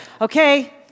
Okay